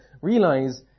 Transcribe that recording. realize